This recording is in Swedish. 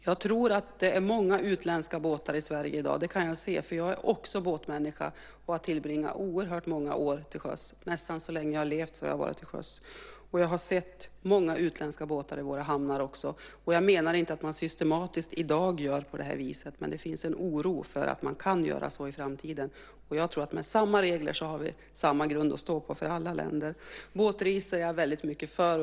Jag tror att det finns många utländska båtar i Sverige i dag; det kan jag se. Jag är nämligen också båtmänniska och har tillbringat oerhört många år till sjöss. Nästan så länge jag levt har jag varit till sjöss. Jag har sett många utländska båtar i våra hamnar. Jag menar inte att man i dag systematiskt gör på nämnda vis, men det finns en oro för att det kan bli så i framtiden. Jag tror att vi med samma regler får samma grund att stå på för alla länder. Ett båtregister är jag väldigt mycket för.